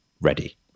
ready